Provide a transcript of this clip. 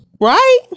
right